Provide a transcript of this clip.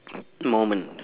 moment